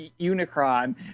Unicron